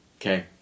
okay